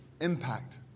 impact